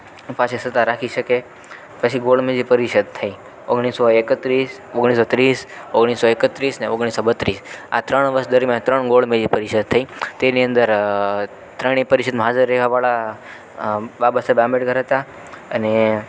પાછી સતા રાખી શકે પછી ગોળમેજી પરિષદ થઈ ઓગણીસસો એકત્રીસ ઓગણીસસો ત્રીસ ઓગણીસસો એકત્રીસને ઓગણીસસો બત્રીસ આ ત્રણ વર્ષ દરમ્યાન ત્રણ ગોળમેજી પરિષદ થઈ તેની અંદર ત્રણેય પરિષદમાં હાજર રહેવાવાળા બાબા સાહેબ આંબેડકર હતા અને